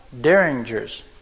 Derringers